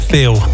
Feel